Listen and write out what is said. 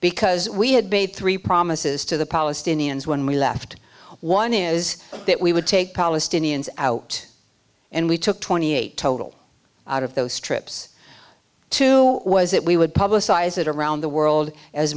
because we had bade three promises to the palestinians when we left one is that we would take palestinians out and we took twenty eight total out of those trips to was that we would publicize it around the world as